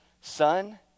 son